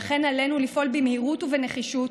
לכן עלינו לפעול במהירות ובנחישות,